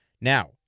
Now